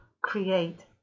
create